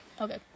okay